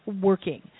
working